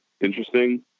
interesting